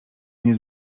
nie